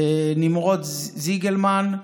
נמרוד זיגלמן,